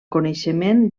coneixement